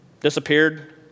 disappeared